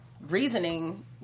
reasoning